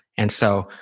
and so,